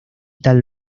tal